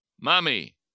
mommy